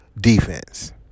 defense